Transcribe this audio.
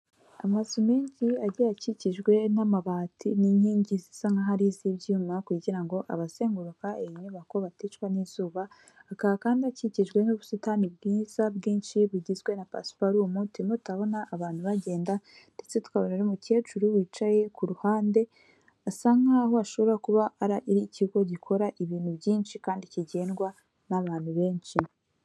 Amazu menshi agiye akikijwe n'amabati n'inkingi zisa nkaho ari iz'ibyuma, kugira ngo abazenguruka iyi nyubako baticwa n'izuba, akaba kandi hakikijwe n'ubusitani bwiza bwinshi bugizwe na pasiparumu, turimo turabona abantu bagenda, ndetse tukabona n'umukecuru wicaye ku ruhande, asa nkaho ashobora kuba ari ikigo gikora ibintu byinshi, kandi kigendwa n'abantu benshi.